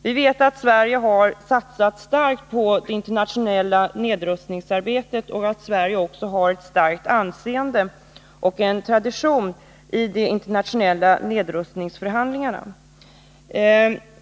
Vi vet att Sverige har satsat starkt på det internationella nedrustningsarbetet och att Sverige också har ett starkt anseende och en tradition i de internationella nedrustningsförhandlingarna.